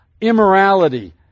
immorality